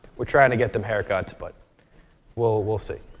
we're trying to get them haircuts, but we'll we'll see.